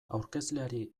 aurkezleari